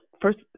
first